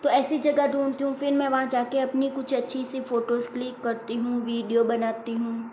तो ऐसी जगह ढूंढ़ती हूँ फिर मैं वहाँ जाकर कुछ अच्छी फोटो क्लिक करती हूं वीडियो बनाती हूँ